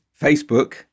Facebook